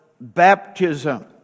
baptism